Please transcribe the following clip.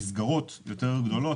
מסגרות גדולות יותר.